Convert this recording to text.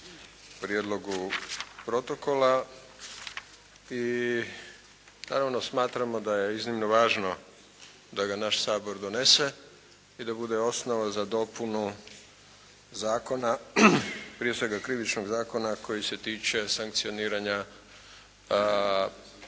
prijedlogu protokola i naravno smatramo da je iznimno važno da ga naš Sabor donese i da bude osnova za dopunu zakona prije svega krivičnog zakona koji se tiče sankcioniranja